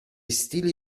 stili